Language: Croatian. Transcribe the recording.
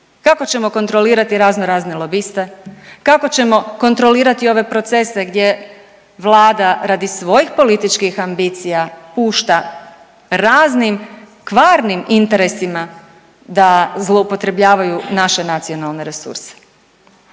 Kako ćemo kontrolirati razno razne lobiste? Kako ćemo kontrolirati ove procese gdje vlada radi svojih političkih ambicija pušta raznim kvarnim interesima da zloupotrebljavaju naše nacionalne resurse?